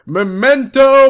Memento